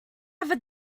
ever